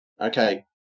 Okay